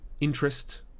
interest